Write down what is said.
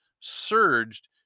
surged